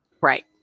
right